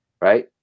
right